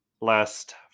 last